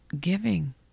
giving